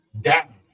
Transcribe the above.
down